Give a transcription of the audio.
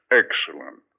excellent